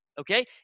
Okay